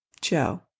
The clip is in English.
Joe